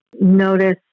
Notice